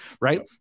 right